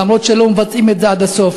אף שלא מבצעים את זה עד הסוף.